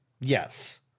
yes